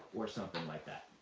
or something like that.